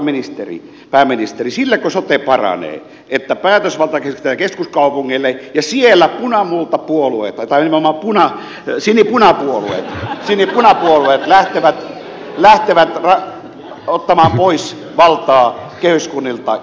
arvoisa pääministeri silläkö sote paranee että päätösvalta keskitetään keskuskaupungeille ja siellä punamultapuolueet tai nimenomaan sinipunapuolueet lähtevät ottamaan pois valtaa kehyskunnilta ja palveluilta